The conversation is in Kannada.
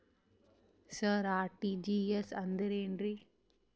ಸರ ಆರ್.ಟಿ.ಜಿ.ಎಸ್ ಅಂದ್ರ ಏನ್ರೀ?